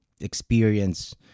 experience